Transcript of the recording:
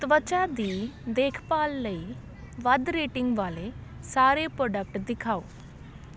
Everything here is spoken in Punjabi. ਤਵਚਾ ਦੀ ਦੇਖਭਾਲ ਲਈ ਵੱਧ ਰੇਟਿੰਗ ਵਾਲੇ ਸਾਰੇ ਪੋਡਕਟ ਦਿਖਾਓ